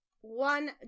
one